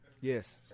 Yes